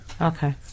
Okay